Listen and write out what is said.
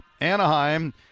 Anaheim